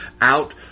out